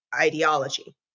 ideology